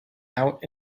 out